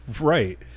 Right